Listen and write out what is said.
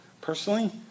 personally